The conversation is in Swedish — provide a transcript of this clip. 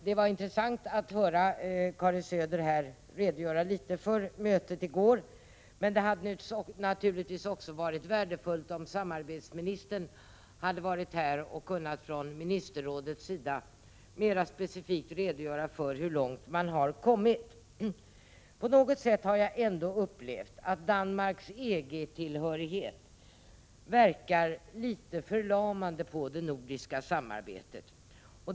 Det var intressant att höra Karin Söder redogöra för en del av mötet i går, men det hade naturligtvis varit värdefullt om också samarbetsministern hade varit här och från ministerrådets sida kunnat redogöra mer specifikt för hur långt man har kommit. På något sätt verkar det som om Danmarks EG-tillhörighet är litet förlamande på det nordiska samarbetet.